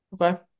Okay